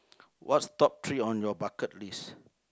what's top three on your bucket list